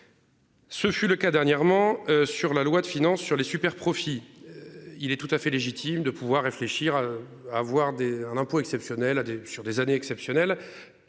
Ce fut le cas dernièrement sur la loi de finances sur les superprofits. Il est tout à fait légitime de pouvoir réfléchir à avoir des impôts exceptionnel à des sur des années exceptionnelles.